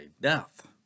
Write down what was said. death